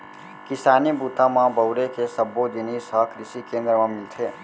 किसानी बूता म बउरे के सब्बो जिनिस ह कृसि केंद्र म मिलथे